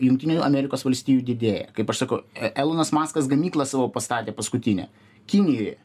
jungtinių amerikos valstijų didėja kaip aš sakau elonas muskas gamyklą savo pastatė paskutinę kinijoje